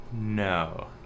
No